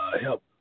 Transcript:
help –